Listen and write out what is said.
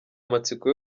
amatsiko